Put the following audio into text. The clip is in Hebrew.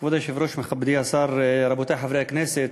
כבוד היושב-ראש, מכובדי השר, רבותי חברי הכנסת,